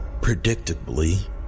predictably